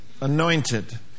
Anointed